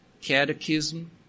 Catechism